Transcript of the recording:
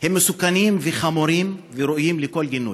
הם מסוכנים וחמורים וראויים לכל גינוי,